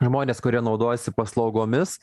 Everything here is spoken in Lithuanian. žmonės kurie naudojasi paslaugomis